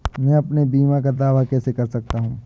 मैं अपने बीमा का दावा कैसे कर सकता हूँ?